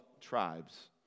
tribes